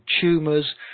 tumors